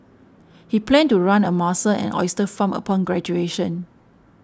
he planned to run a mussel and oyster farm upon graduation